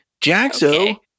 Jaxo